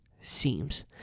seems